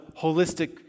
holistic